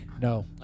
no